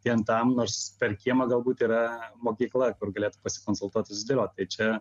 vien tam nors per kiemą galbūt yra mokykla kur galėtų pasikonsultuot susidėliot tai čia